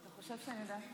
אתה חושב שאני יודעת?